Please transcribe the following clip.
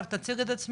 רק תציג את עצמך,